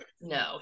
No